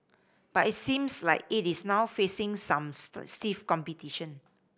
but it seems like it is now facing some stiff competition